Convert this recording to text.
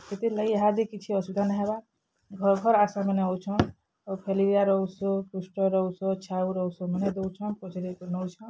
ଏଥିର୍ ଲାଗି ଇହାଦେ କିଛି ଅସୁବିଧା ନାଇଁହେବା ଘର୍ ଘର୍ ଆଶାମାନେ ଆଉଛନ୍ ଆଉ ଫେଲରିଆ ର ଉଷ୍ କୁଷ୍ଠ ର ଉଷ୍ ଛାଉ ର ଉଷ୍ ମାନେ ଦଉଛନ୍ ପଚରିକରି ନଉଛନ୍